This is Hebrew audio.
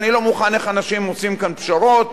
אני לא מוכן איך אנשים עושים כאן פשרות,